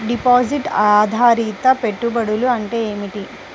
Deposit ఆధారిత పెట్టుబడులు అంటే ఏమిటి?